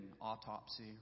autopsy